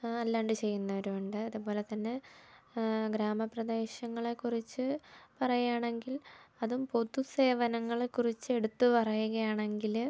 അല്ലാണ്ട് ചെയ്യുന്നവരുമുണ്ട് അതുപോലെ തന്നെ ഗ്രാമപ്രദേശങ്ങളെ കുറിച്ച് പറയുകയാണെങ്കിൽ അതും പൊതു സേവനങ്ങളെ കുറിച്ച് എടുത്ത് പറയുകയാണെങ്കിൽ